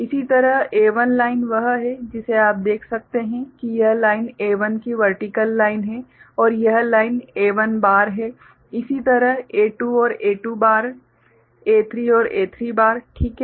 इसी तरह A1 line वह है जिसे आप देख सकते हैं कि यह लाइन A1 की वर्टिकल लाइन है और यह लाइन A1 बार है इसी तरह A2 और A2 बार A3 और A3 बार ठीक हैं